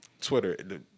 Twitter